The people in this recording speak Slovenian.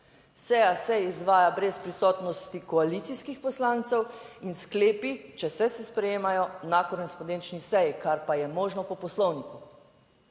seja se izvaja brez prisotnosti koalicijskih poslancev in sklepi, če se, se sprejemajo na korespondenčni seji, kar pa je možno po Poslovniku.